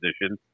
position